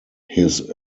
his